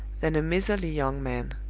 than a miserly young man.